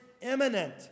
imminent